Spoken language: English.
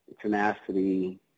tenacity